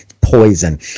poison